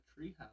treehouse